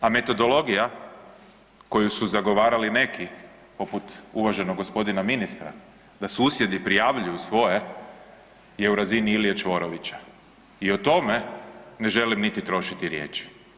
A metodologija koju su zagovarali neki poput uvaženog g. ministra da susjedi prijavljuju svoje je u razini Ilije Čvorovića i o tome ne želim niti trošiti riječi.